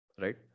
right